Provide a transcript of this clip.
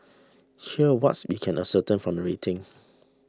here's what's we can ascertain from the rating